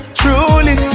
truly